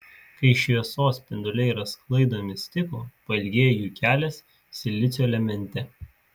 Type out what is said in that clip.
kai šviesos spinduliai yra sklaidomi stiklo pailgėja jų kelias silicio elemente